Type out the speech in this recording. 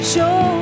Show